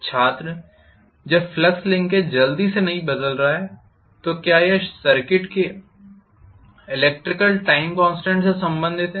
छात्र जब flux linkage जल्दी से नहीं बदल रहा है तो क्या यह सर्किट के इलेक्ट्रिकल टाइम कॉन्स्टेंट से संबंधित है